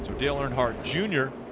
dale earnhardt jr.